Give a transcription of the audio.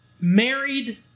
married